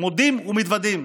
מודים ומתוודים.